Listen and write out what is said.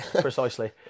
precisely